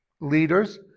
leaders